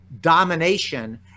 domination